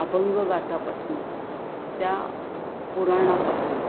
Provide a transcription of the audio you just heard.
अभंग गाथापासुनं त्या पुराणापासुनं